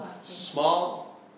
small